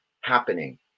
happening